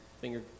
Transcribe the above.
finger